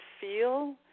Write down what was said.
feel